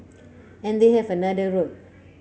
and they have another road